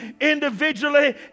individually